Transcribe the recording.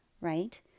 right